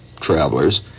travelers